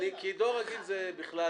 הבנתי.